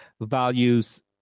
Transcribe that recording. Values